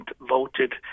voted